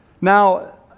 Now